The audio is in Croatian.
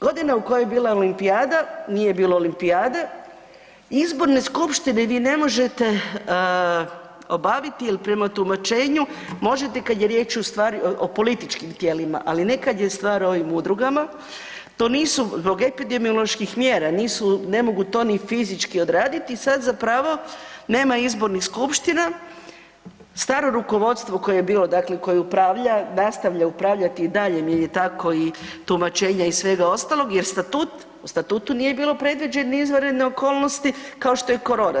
Godina u kojoj je bila olimpijada, nije bilo olimpijade, izborne skupštine vi ne možete obaviti jer prema tumačenju možete kad je riječ ustvari o političkim tijelima, ali ne kad je stvar o ovim udrugama, to nisu, zbog epidemioloških mjera, nisu, ne mogu to ni fizički odraditi i sad zapravo nema izbornih skupština, staro rukovodstvo koje je bilo, dakle koje upravlja, nastavlja upravljati i dalje jer je tako i tumačenja i svega ostalog, jer statut, po statutu nije bilo predviđenih izvanrednih okolnosti kao što je korona.